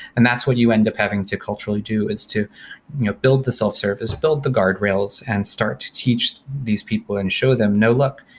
and that's what you end up having to culturally do, is to build the self-service, build the guard rails and start to teach these people and show them, no. look.